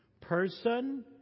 person